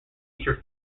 feature